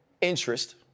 interest